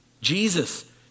Jesus